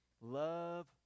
Love